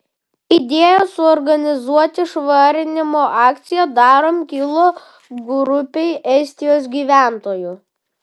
idėja suorganizuoti švarinimo akciją darom kilo grupei estijos gyventojų